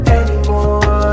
anymore